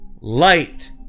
light